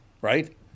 Right